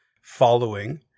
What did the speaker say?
following